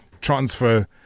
transfer